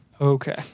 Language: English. Okay